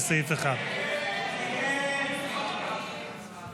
לסעיף 1. הסתייגות 2 לא נתקבלה.